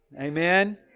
Amen